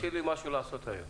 תשאיר לי משהו לעשות היום.